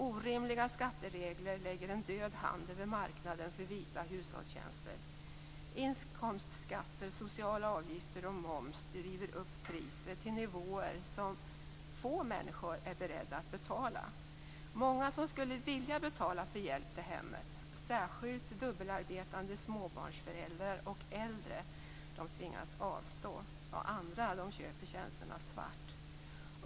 Orimliga skatteregler lägger en död hand över marknaden för vita hushållstjänster. Inkomstskatter, sociala avgifter och moms driver upp priset till nivåer som få människor är beredda att betala. Många som skulle vilja betala för hjälp till hemmet, särskilt dubbelarbetande småbarnsföräldrar och äldre, tvingas avstå, och andra köper tjänsterna svart.